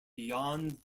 beyond